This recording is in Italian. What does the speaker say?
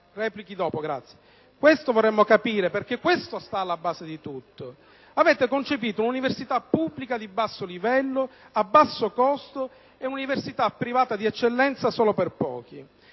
risorse così limitate? Vorremmo capirlo, perché è la base di tutto. Avete concepito un'università pubblica di basso livello, a basso costo, e un'università privata di eccellenza solo per pochi.